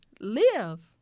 Live